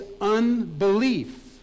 unbelief